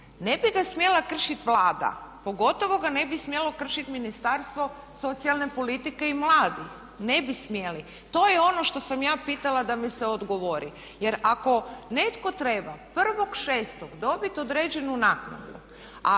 Ne bi ga smjela kršit Vlada, pogotovo ga ne bi smjelo kršiti Ministarstvo socijalne politike i mladih ne bi smjeli. To je ono što sam ja pitala da mi se odgovori. Jer ako netko treba 1.6. dobiti određenu naknadu